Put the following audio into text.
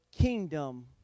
kingdom